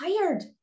tired